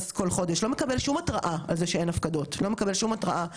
לא מקבל שום התראה על זה שהדברים לא קורים,